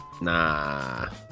Nah